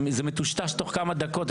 זה מטושטש תוך כמה דקות.